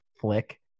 flick